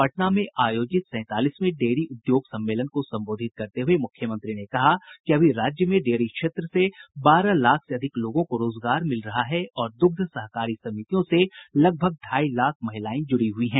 पटना में आयोजित सैंतालीसवें डेयरी उद्योग सम्मेलन को संबोधित करते हुए मुख्यमंत्री ने कहा कि अभी राज्य में डेयरी क्षेत्र से बारह लाख से अधिक लोगों को रोजगार मिल रहा है और दुग्ध सहकारी समितियों से लगभग ढाई लाख महिलाएं जूड़ी हुई हैं